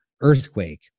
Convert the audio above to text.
Earthquake